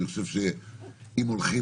אני חושב שאם הולכים,